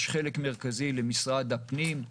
יש חלק מרכזי למשרד הפנים,